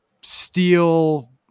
steel